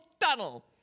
tunnel